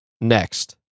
Next